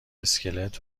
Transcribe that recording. اسکلت